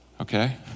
okay